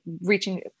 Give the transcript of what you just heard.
reaching